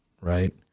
Right